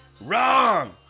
Wrong